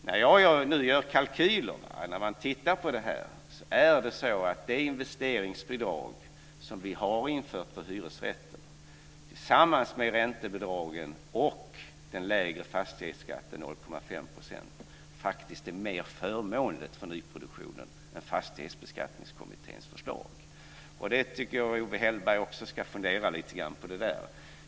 När jag nu gör kalkyler och tittar på det här är det så att det investeringsbidrag som vi har infört för hyresrätter tillsammans med räntebidragen och den lägre fastighetsskatten, 0,5 %, faktiskt är mer förmånligt för nyproduktionen än Fastighetsbeskattningskommitténs förslag. Det tycker jag att Owe Hellberg också ska fundera litegrann på.